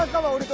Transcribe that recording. hello.